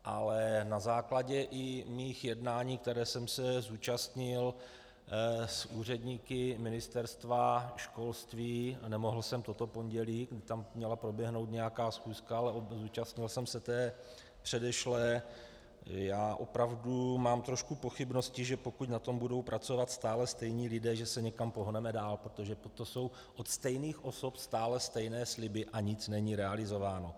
Ale na základě i mých jednání, kterých jsem se zúčastnil s úředníky Ministerstva školství, nemohl jsem toto pondělí, kdy tam měla proběhnout nějaká schůzka, ale zúčastnil jsem se té předešlé, já opravdu mám trošku pochybnosti, že pokud na tom budou pracovat stále stejní lidé, že se někam pohneme dál, protože toto jsou od stejných osob stále stejné sliby a nic není realizováno.